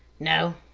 no,